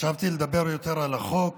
חשבתי לדבר יותר על החוק